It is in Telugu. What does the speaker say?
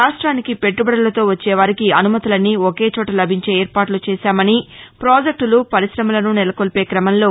రాష్ట్రెనికి పెట్లుబడులతో వచ్చేవారికి అనుమతులన్నీ ఒకేపోట లభించే ఏర్పాట్లు చేశామని ప్రాజెక్టులు పరిశమలను నెలకొల్పే కమంలో